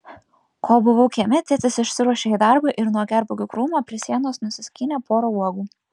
kol buvau kieme tėtis išsiruošė į darbą ir nuo gervuogių krūmo prie sienos nusiskynė porą uogų